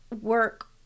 work